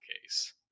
case